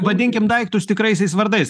vadinkim daiktus tikraisiais vardais